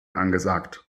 angesagt